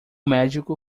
médico